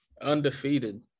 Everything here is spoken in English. undefeated